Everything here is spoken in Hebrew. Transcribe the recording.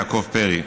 יעקב פרי,